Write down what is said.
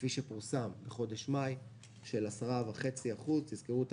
כפי שפורסם בחודש מאי הוא של 10.5%. תזכרו את